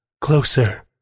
closer